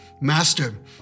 Master